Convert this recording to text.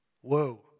Whoa